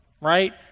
right